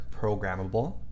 programmable